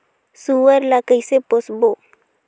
सुअर ला कइसे पोसबो?